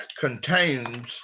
contains